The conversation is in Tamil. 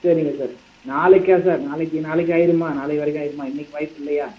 சரிங்க சார் நாளைக்கா சார் நாளைக்கு நாளைக்கு ஆகிருமா நாளை வரைக்கும் ஆகிருமா இன்றைக்கு வாய்ப்பு இல்லையா